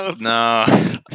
No